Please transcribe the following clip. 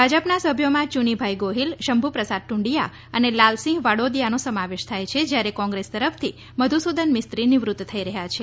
ભાજપ ના સભ્યોમાં યુનીભાઈ ગોહિલ શંભુ પ્રસાદ ટૂંડિયા અને લાલસિંહ વાડોદીયાનો સમાવેશ થાય છે જ્યારે કોંગ્રેસ તરફથી મધુસૂદન મિસ્ત્રી નિવૃત થઈ રહ્યા છે